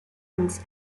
sons